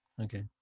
Okay